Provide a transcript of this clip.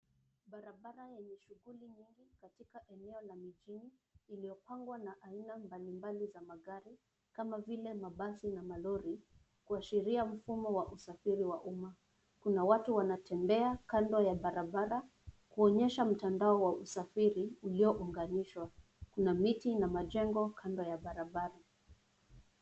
Barabara yenye shughuli nyingi katika eneo la mijini iliyopangwa na aina mbalimbali za magari kama vile mabasi na malori, kuashiria mfumo wa usafiri wa umma. Kuna watu wanatembea kando ya barabara kuonyesha mtandao wa usafiri uliounganishwa. Kuna miti na majengo kando ya barabara.